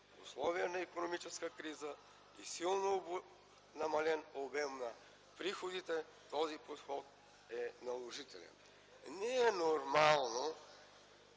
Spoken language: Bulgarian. условия на икономическа криза, при силно намален обем на приходите този подход е наложителен. Не е нормално